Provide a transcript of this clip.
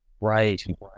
Right